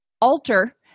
alter